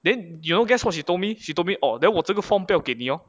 then you know guess what she told me she told me orh then 我这个 form 不要给你 lor